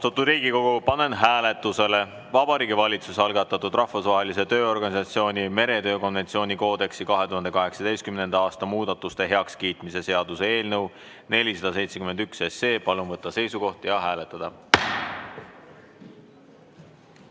Riigikogu, panen hääletusele Vabariigi Valitsuse algatatud Rahvusvahelise Tööorganisatsiooni meretöö konventsiooni koodeksi 2018. aasta muudatuste heakskiitmise seaduse eelnõu 471. Palun võtta seisukoht ja hääletada!